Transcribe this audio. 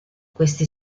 questi